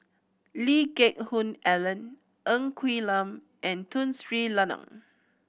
Lee Geck Hoon Ellen Ng Quee Lam and Tun Sri Lanang